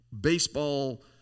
baseball